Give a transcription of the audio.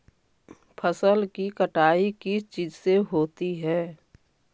फसल की कटाई किस चीज से होती है?